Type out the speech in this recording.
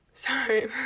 Sorry